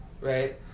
Right